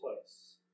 place